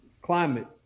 climate